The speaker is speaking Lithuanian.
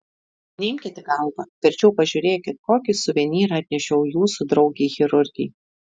neimkit į galvą verčiau pažiūrėkit kokį suvenyrą atnešiau jūsų draugei chirurgei